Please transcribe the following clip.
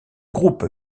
groupe